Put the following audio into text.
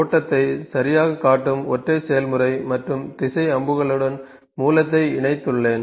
ஓட்டத்தை சரியாகக் காட்டும் ஒற்றை செயல்முறை மற்றும் திசை அம்புகளுடன் மூலத்தை இணைத்துள்ளேன்